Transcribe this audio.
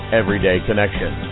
everydayconnection